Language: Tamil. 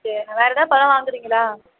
சரிண்ணா வேற ஏதாவது பழம் வாங்குகிறீங்களா